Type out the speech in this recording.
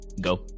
Go